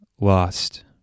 lost